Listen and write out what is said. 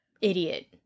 Idiot